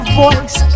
voice